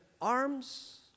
arms